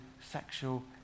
sexual